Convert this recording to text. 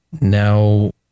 Now